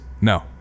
No